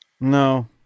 No